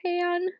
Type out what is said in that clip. Pan